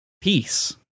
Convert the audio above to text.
Peace